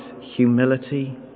humility